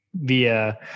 via